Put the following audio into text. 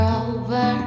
over